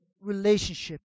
relationship